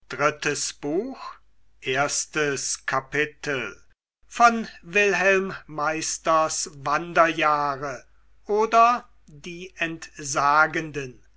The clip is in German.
goethe wilhelm meisters wanderjahre oder die entsagenden